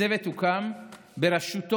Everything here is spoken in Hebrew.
הצוות הוקם בראשותו